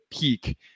peak